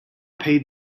paid